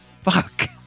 fuck